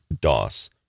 DOS